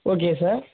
okay sir